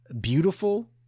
beautiful